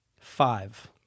Five